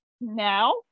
now